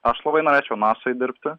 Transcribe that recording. aš labai norėčiau nasoj dirbti